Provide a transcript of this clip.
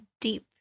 deep